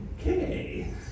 okay